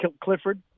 Clifford